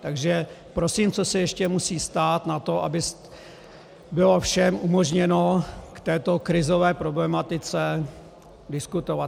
Takže prosím, co se ještě musí stát na to, aby bylo všem umožněno k této krizové problematice diskutovat?